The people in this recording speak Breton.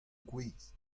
gwez